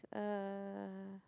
uh